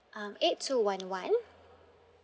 um eight two one one